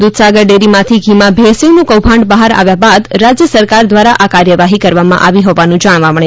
દૂધ સાગર ડેરીમાંથી ઘીમાં ભેળસેળનું કૌભાંડ બહાર આવ્યા બાદ રાજ્ય સરકાર દ્વારા આ કાર્યવાહી કરવામાં આવી હોવાનું જાણવા મળે છે